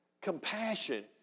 Compassion